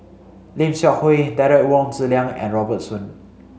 Lim Seok Hui Derek Wong Zi Liang and Robert Soon